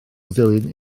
ddulyn